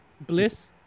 Bliss